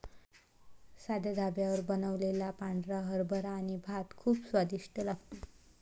साध्या ढाब्यावर बनवलेला पांढरा हरभरा आणि भात खूप स्वादिष्ट लागतो